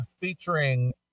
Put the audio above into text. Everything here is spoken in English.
featuring